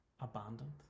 abandoned